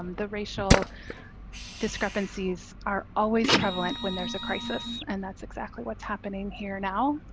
um the racial discrepancies are always prevalent when there's a crisis and that's exactly what's happening here now.